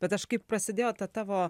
bet aš kai prasidėjo ta tavo